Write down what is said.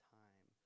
time